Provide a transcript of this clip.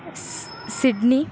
ಸ್ ಸಿಡ್ನಿ